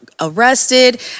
arrested